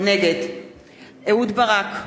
נגד אהוד ברק,